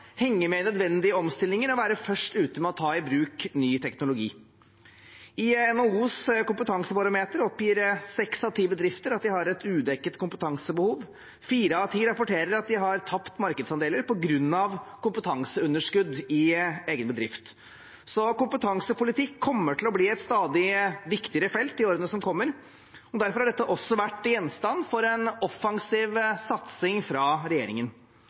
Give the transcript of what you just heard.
henge med i den nødvendige omstillingen og være først ute med å ta i bruk ny teknologi. I NHOs kompetansebarometer oppgir seks av ti bedrifter at de har et udekket kompetansebehov. Fire av ti rapporterer at de har tapt markedsandeler på grunn av kompetanseunderskudd i egen bedrift, så kompetansepolitikk kommer til å bli et stadig viktigere felt i årene som kommer. Derfor har dette også vært gjenstand for en offensiv satsing